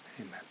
Amen